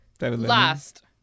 Last